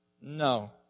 No